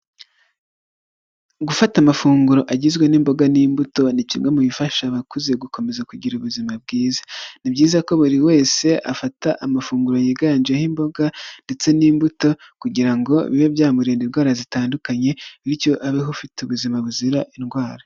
Gufata amafunguro agizwe n'imboga n'imbuto ni kimwe mu bifasha abakuze gukomeza kugira ubuzima bwiza. Ni byiza ko buri wese afata amafunguro yiganjemo imboga ndetse n'imbuto kugira ngo bibe byamurinda indwara zitandukanye bityo abeho afite ubuzima buzira indwara.